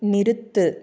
நிறுத்து